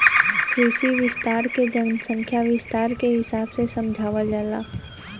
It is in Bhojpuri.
कृषि विस्तार के जनसंख्या विस्तार के हिसाब से समझावल जाला